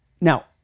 now